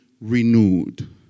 renewed